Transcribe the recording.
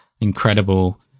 incredible